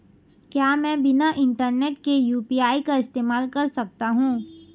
क्या मैं बिना इंटरनेट के यू.पी.आई का इस्तेमाल कर सकता हूं?